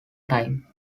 time